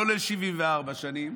לא ל-74 שנים,